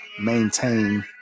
maintain